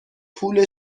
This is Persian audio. پول